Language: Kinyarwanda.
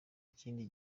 ikindi